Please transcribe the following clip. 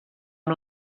amb